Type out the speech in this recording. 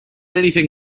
anything